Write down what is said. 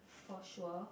for sure